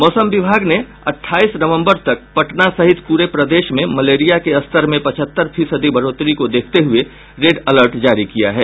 मौसम विभाग ने अठाईस नवम्बर तक पटना सहित पूरे प्रदेश में मलेरिया के स्तर में पचहत्तर फीसदी बढ़ोतरी को देखते हुये रेड अलर्ट जारी किया है